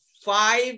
five